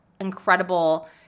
Incredible